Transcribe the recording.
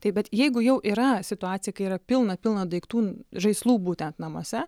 taip bet jeigu jau yra situacija kai yra pilna pilna daiktų žaislų būtent namuose